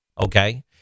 okay